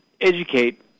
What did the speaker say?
educate